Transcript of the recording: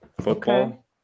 football